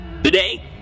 Today